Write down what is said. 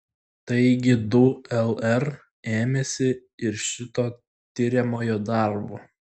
taigi du lr ėmėsi ir šito tiriamojo darbo